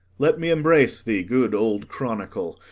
let me embrace thee, good old chronicle,